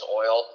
oil